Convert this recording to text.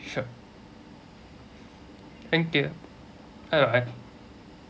sure thank you